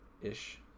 ish